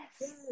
yes